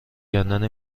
کندن